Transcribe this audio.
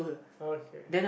okay